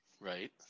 right